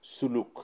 suluk